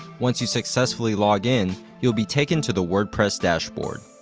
once you successfully log in, you'll be taken to the wordpress dashboard.